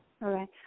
right